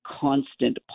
constant